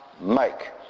make